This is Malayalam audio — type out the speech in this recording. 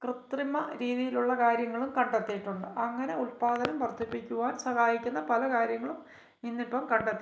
കൃത്രിമ രീതിയിലുള്ള കാര്യങ്ങളും കണ്ടെത്തിയിട്ടുണ്ട് അങ്ങനെ ഉത്പാദനം വർദ്ധിപ്പിക്കുവാൻ സഹായിക്കുന്ന പല കാര്യങ്ങളും ഇന്ന് ഇപ്പം കണ്ടെത്തി